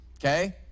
okay